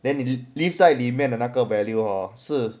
then they leave 在里面的那个 value hor 是